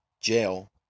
jail